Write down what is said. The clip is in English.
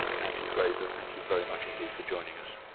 nancy fraser, thank you very much indeed for joining us.